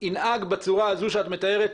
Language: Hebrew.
ינהג בצורה הזו שאת מתארת,